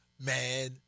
man